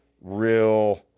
real